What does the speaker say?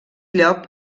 lloc